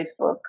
Facebook